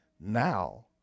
now